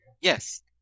Yes